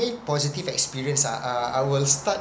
main positive experience ah ah I will start